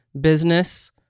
business